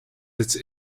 its